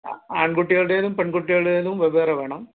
ആൺകുട്ടികളുടേതും പെൺകുട്ടികളുടേതും വെവ്വേറെ വേണം